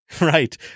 Right